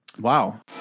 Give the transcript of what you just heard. Wow